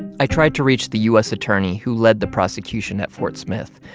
and i tried to reach the u s. attorney who led the prosecution at fort smith.